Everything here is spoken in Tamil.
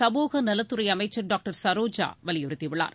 சமூக நலத்துறை அமைச்சர் டாக்டர் சரோஜா வலியுறுத்தியுள்ளார்